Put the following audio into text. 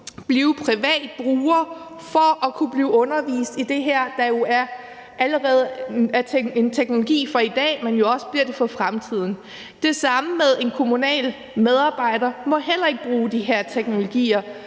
blive privat bruger for at kunne blive undervist i det her, der jo allerede er en teknologi fra i dag, og som også bliver det for fremtiden. Det samme er med en kommunal medarbejder, som heller ikke må bruge de her teknologier,